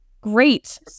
Great